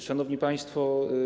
Szanowni Państwo!